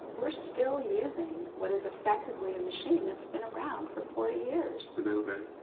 we're still using what is effectively a machine that's been around for forty years. the mammogram.